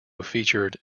featured